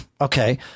okay